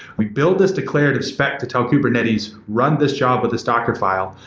we build this declarative spec to tell kubernetes, run this job with this docker file,